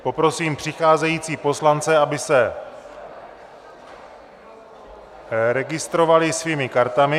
Poprosím přicházející poslance, aby se registrovali svými kartami.